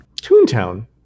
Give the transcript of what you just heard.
Toontown